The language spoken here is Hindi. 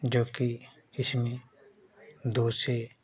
जो कि इसमे दो से